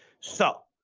so,